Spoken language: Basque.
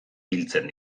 biltzen